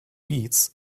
beats